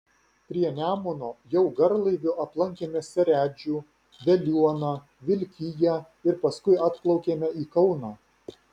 prie nemuno jau garlaiviu aplankėme seredžių veliuoną vilkiją ir paskui atplaukėme į kauną